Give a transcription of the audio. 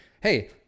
hey